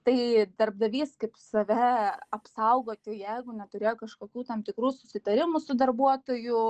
tai darbdavys kaip save apsaugotų jeigu neturėjo kažkokių tam tikrų susitarimų su darbuotoju